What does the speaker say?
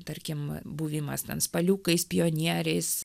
tarkim buvimas ten spaliukais pionieriais